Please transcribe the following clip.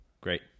Great